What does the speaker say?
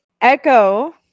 Echo